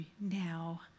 now